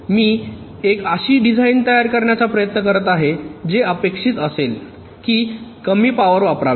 मी एक अशी डिझाइन तयार करण्याचा प्रयत्न करीत आहे जे अपेक्षित असेल की कमी पावर वापरावी